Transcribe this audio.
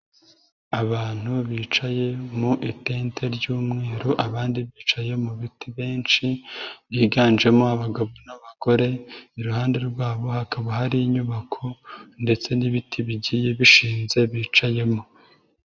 Abantu bicaye mu itente ry'umweru abandi bicaye mu biti benshi, biganjemo abagabo n'abagore, iruhande rwabo hakaba hari inyubako ndetse n'ibiti bigiye bishinze bicayemo.